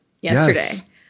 yesterday